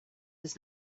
does